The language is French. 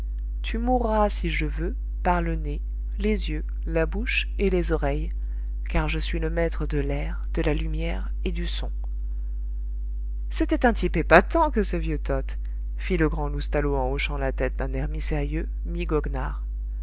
tu mourras si je veux par le nez les yeux la bouche et les oreilles car je suis le maître de l'air de la lumière et du son c'était un type épatant que ce vieux toth fit le grand loustalot en hochant la tête d'un air mi sérieux